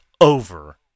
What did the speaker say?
over